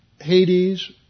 Hades